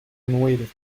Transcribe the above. renovated